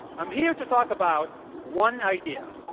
i'm here to talk about one idea.